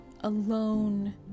alone